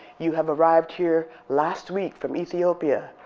you have arrived here last week from ethiopia,